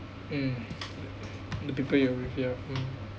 mm the people you're with ya